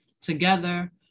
together